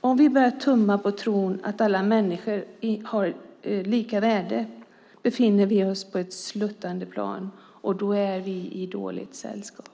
Om vi börjar tumma på tron att alla människor har lika värde befinner vi oss på ett sluttande plan, och då är vi i dåligt sällskap.